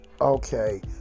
Okay